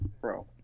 bro